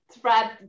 thread